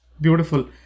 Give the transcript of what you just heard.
Beautiful